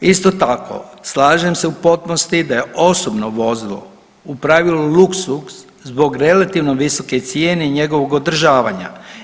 Isto tako slažem se u potpunosti da je osobno vozilo u pravilu luksuz zbog relativno visoke cijene i njegovog održavanja.